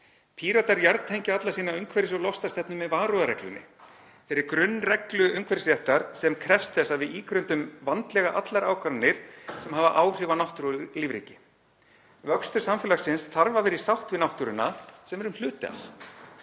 Píratar jarðtengja alla sína umhverfis- og loftslagsstefnu með varúðarreglunni, þeirri grunnreglu umhverfisréttar sem krefst þess að við ígrundum vandlega allar ákvarðanir sem hafa áhrif á náttúru og lífríki. Vöxtur samfélagsins þarf að vera í sátt við náttúruna sem við erum hluti af.